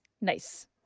Nice